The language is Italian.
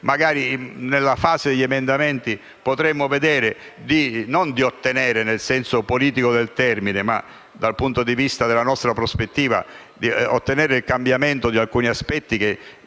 fase dell'esame degli emendamenti potremo cercare di ottenere, non nel senso politico del termine, ma dal punto di vista della nostra prospettiva, il cambiamento di alcuni aspetti che,